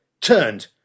turned